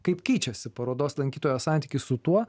kaip keičiasi parodos lankytojo santykis su tuo